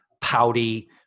pouty